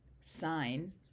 sign